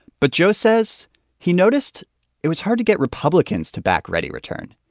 but joe says he noticed it was hard to get republicans to back readyreturn.